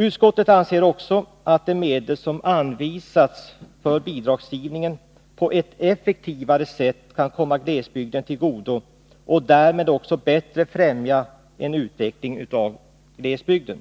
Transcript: Utskottet anser också att de medel som anvisats för bidragsgivningen på ett effektivare sätt kan komma glesbygden till godo och därmed också bättre främja en utveckling av glesbygden.